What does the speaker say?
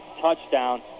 touchdown